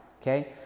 okay